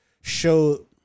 Show